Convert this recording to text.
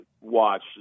watch